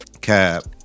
cab